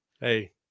Hey